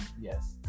yes